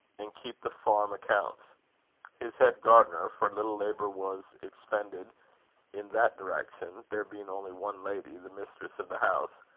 and keep the farm accounts his head gardener for little labour was expended in that direction, there being only one lady, the mistress of the house,